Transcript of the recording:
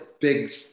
big